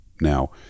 Now